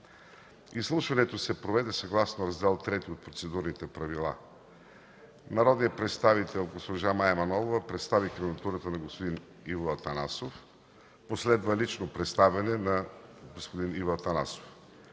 Изслушването се проведе съгласно Раздел ІІІ от Процедурните правила. Народният представител госпожа Мая Манолова представи кандидатурата на господин Иво Атанасов. Последва лично представяне на господин Иво Атанасов.